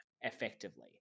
effectively